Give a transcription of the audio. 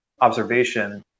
observation